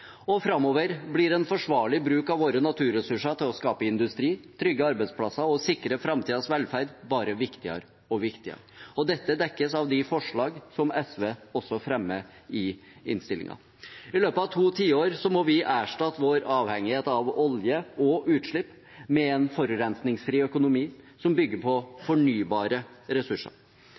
det. Framover blir en forsvarlig bruk av våre naturressurser til å skape industri, trygge arbeidsplasser og sikre framtidens velferd bare viktigere og viktigere. Dette dekkes av de forslag som SV også fremmer i innstillingen. I løpet av to tiår må vi erstatte vår avhengighet av olje og utslipp med en forurensningsfri økonomi som bygger på fornybare ressurser.